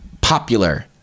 popular